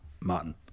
Martin